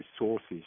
resources